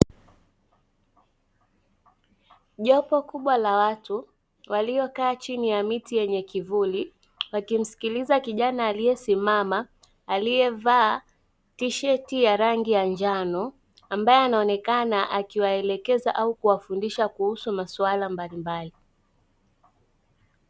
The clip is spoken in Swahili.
Jopo kubwa la watu waliokaa chini ya miti yenye kivuli akimsikiliza kijana aliyesimama aliyevaa tisheti ya rangi ya njano ambaye anaonekana akiwaelekeza au kuwafundisha kuhusu maswala mbalimbali.